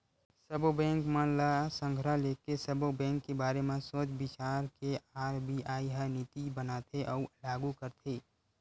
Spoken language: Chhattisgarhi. सब्बो बेंक मन ल संघरा लेके, सब्बो बेंक के बारे म सोच बिचार के आर.बी.आई ह नीति बनाथे अउ लागू करथे